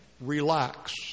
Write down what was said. relax